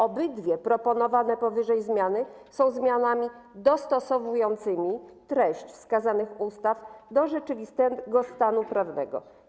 Obydwie proponowane powyżej zmiany są zmianami dostosowującymi treść wskazanych ustaw do rzeczywistego stanu prawnego.